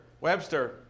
Webster